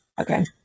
Okay